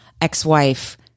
ex-wife